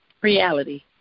reality